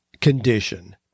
condition